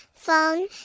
phone